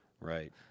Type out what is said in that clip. Right